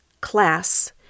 class